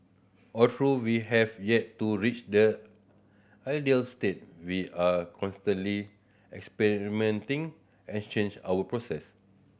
although we have yet to reach the ideal state we are constantly experimenting our process